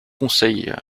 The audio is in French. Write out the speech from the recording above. conseil